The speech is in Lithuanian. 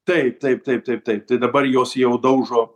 taip taip taip taip taip tai dabar jos jau daužo